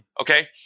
okay